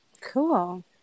Cool